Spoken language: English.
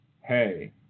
hey